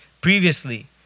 previously